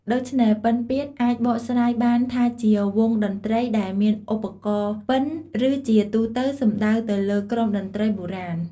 ដូច្នេះ "ពិណពាទ្យ" អាចបកស្រាយបានថាជា "វង់តន្ត្រីដែលមានឧបករណ៍ពិណ" ឬជាទូទៅសំដៅទៅលើក្រុមតន្ត្រីបុរាណ។